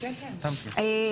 קבע.